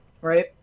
right